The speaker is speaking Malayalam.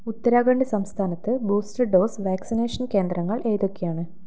ഉത്തരാഖണ്ഡ് സംസ്ഥാനത്ത് ബൂസ്റ്റർ ഡോസ് വാക്സിനേഷൻ കേന്ദ്രങ്ങൾ ഏതൊക്കെയാണ്